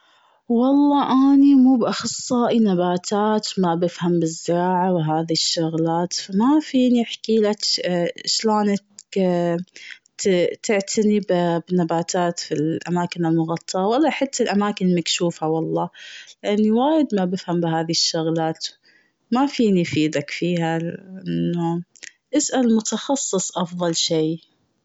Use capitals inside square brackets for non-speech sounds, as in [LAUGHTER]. والله أني مو بإخصائي نباتات ما بفهم بالزراعة و هذي الشغلات، ما فيني احكي لك شلونك [HESITATION] ت- تعتني [HESITATION] ب- بنباتات في الأماكن المغطى والله حتى الأماكن المكشوفة والله. لأني وايد ما بفهم بهذي الشغلات يفيدك فيها إنه اسأل متخصص أفضل شي.